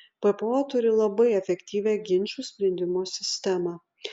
ppo turi labai efektyvią ginčų sprendimo sistemą